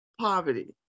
poverty